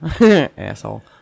Asshole